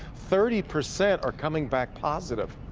thirty percent are coming back positive.